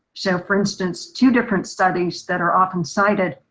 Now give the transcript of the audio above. so for instance, two different studies that are often cited,